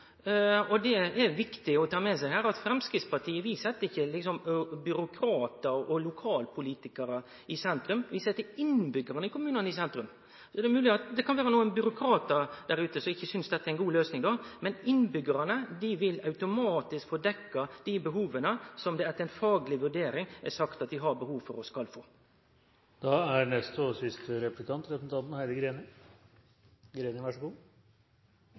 og det er viktig å ta med seg her at Framstegspartiet set ikkje byråkratar og lokalpolitikarar i sentrum, vi set innbyggjarane i kommunane i sentrum. Det er mogleg at det kan vere nokre byråkratar der ute som ikkje synest dette er ei god løysing, men innbyggjarane vil automatisk få dekt dei behova som det etter ei fagleg vurdering er sagt at dei har behov for å få dekt. Etter mitt syn er barnehage, eldreomsorg og